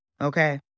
Okay